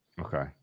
okay